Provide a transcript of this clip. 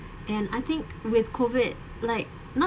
and I think with COVID like not